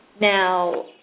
Now